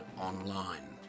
online